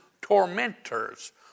tormentors